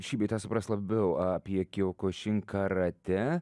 šį bei tą suprast labiau apie kiokušin karatė